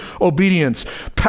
obedience